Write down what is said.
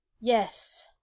Yes